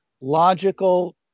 logical